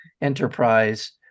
enterprise